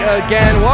again